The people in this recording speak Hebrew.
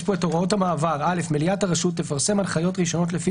סעיף 46 הוראות מעבר "(א) מליאת הרשות תפרסם הנחיות ראשונות לפי